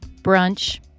Brunch